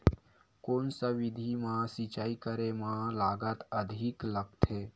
कोन सा विधि म सिंचाई करे म लागत अधिक लगथे?